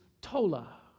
tola